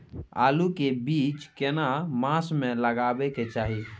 आलू के बीज केना मास में लगाबै के चाही?